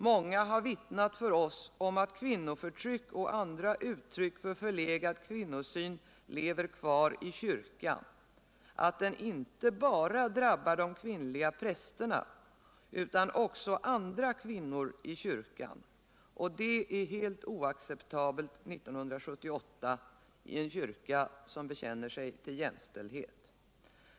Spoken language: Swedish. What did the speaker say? Många har vittnat för oss om att kvinnoförtryck och andra uttryck för förlegad kvinnosyn lever kvar i kyrkan, att den inte bara drabbar de kvinnliga prästerna utan också andra kvinnor i kyrkan, och det är helt oacceptabelt 1978 i en kyrka som bekänner sig till jämställdhet.